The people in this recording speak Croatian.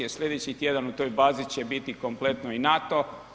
Sljedeći tjedan u toj bazi će biti kompletno i NATO.